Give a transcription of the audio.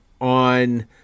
on